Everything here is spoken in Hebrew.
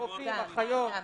רופאים, אחיות.